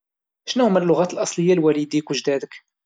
اشنوهوما اللغات الاصلية لوالديك وجدادك؟